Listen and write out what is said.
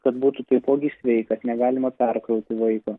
kad būtų taipogi sveikas negalima perkrauti vaiko